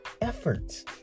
efforts